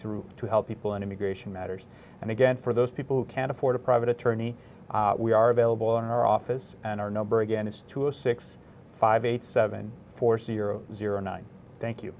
through to help people in immigration matters and again for those people who can afford a private attorney we are available in our office and our number again is two of six five eight seven zero nine thank you